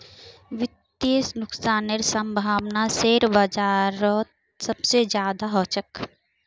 वित्तीय नुकसानेर सम्भावना शेयर बाजारत सबसे ज्यादा ह छेक